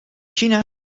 china